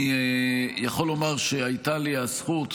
אני יכול לומר שהייתה לי הזכות